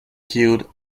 killed